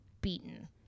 beaten